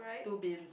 two bins